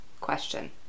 question